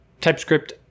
TypeScript